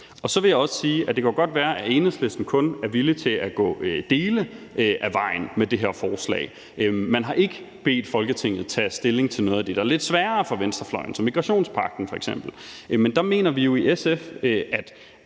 Så vil jeg også sige, at det godt kan være, at Enhedslisten kun er villig til at gå dele af vejen med det her forslag – man har ikke bedt Folketinget tage stilling til noget af det, der er lidt sværere for venstrefløjen, som f.eks. migrationspagten – men der mener vi jo i SF, at